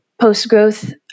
post-growth